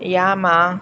Yamaha